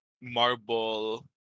marble